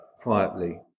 quietly